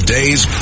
Day's